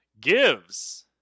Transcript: gives